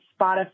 Spotify